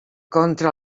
contra